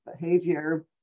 behavior